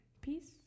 Peace